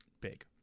big